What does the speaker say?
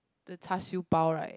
the char siew bao right